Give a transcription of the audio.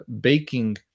baking